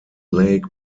lake